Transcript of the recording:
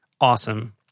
awesome